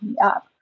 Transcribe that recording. up